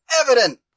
evident